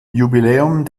jubiläum